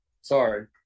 Sorry